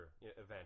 event